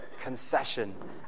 concession